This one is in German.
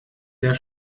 der